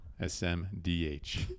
SMDH